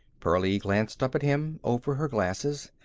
pearlie glanced up at him, over her glasses.